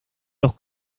los